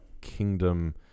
kingdom